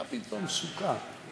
מה פתאום סוכה?